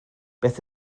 beth